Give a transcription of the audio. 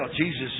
Jesus